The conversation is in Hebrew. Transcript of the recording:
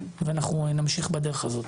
ואנחנו נמשיך בדרך הזאת.